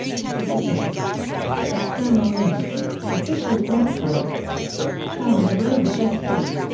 specific external links official website tranmere rovers f c.